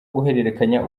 guhererekanya